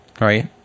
Right